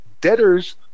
debtors